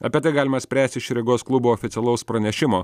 apie tai galima spręsti iš rygos klubo oficialaus pranešimo